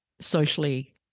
socially